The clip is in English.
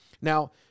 Now